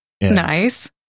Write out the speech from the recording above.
Nice